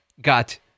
got